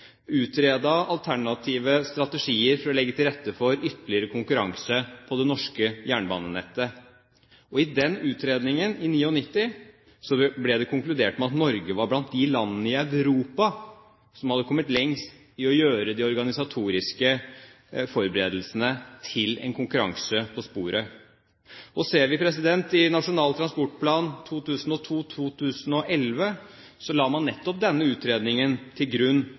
utredet alternative strategier for å legge til rette for ytterligere konkurranse på det norske jernbanenettet. I den utredningen, i 1999, ble det konkludert med at Norge var blant de landene i Europa som hadde kommet lengst i å gjøre de organisatoriske forberedelsene til en konkurranse på sporet. Og ser vi i Nasjonal transportplan 2002–2011, så la man nettopp denne utredningen til grunn